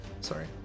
Sorry